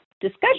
discussion